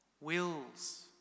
wills